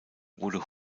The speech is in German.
wurde